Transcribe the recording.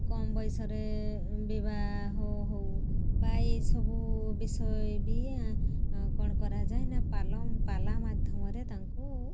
କମ୍ ବୟଷରେ ବିବାହ ହେଉ ବା ଏସବୁ ବିଷୟ ବି କ'ଣ କରାଯାଏ ନା ପାଲ ପାଲା ମାଧ୍ୟମରେ ତାଙ୍କୁ